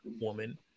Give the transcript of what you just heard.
woman